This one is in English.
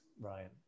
Ryan